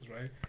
right